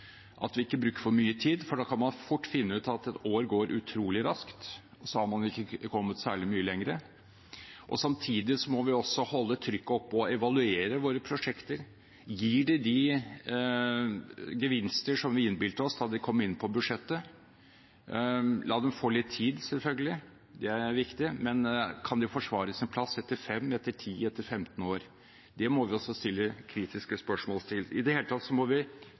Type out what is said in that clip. at vi ikke bruker for mye tid, for da kan man fort finne ut at et år går utrolig raskt, og så har man ikke kommet særlig mye lenger – og at vi samtidig må holde trykket oppe og evaluere våre prosjekter. Gir de de gevinster som vi innbilte oss da de kom inn på budsjettet? La dem få litt tid, selvfølgelig. Det er viktig. Men kan de forsvare sin plass etter fem, etter ti, etter femten år? Det må vi også stille kritiske spørsmål til. I det hele tatt, samtidig med at vi